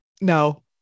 No